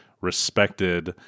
respected